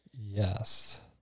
yes